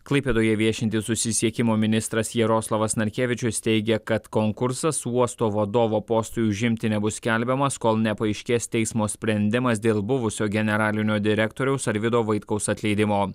klaipėdoje viešintis susisiekimo ministras jaroslavas narkevičius teigia kad konkursas uosto vadovo postui užimti nebus skelbiamas kol nepaaiškės teismo sprendimas dėl buvusio generalinio direktoriaus arvydo vaitkaus atleidimo